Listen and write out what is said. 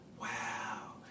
wow